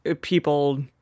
people